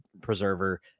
preserver